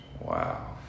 Wow